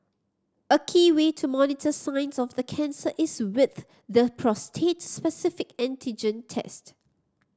a key way to monitor signs of the cancer is with the prostate specific antigen test